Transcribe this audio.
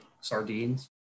sardines